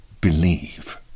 believe